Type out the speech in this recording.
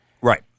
Right